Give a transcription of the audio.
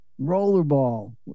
Rollerball